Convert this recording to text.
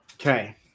Okay